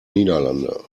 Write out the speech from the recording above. niederlande